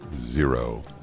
Zero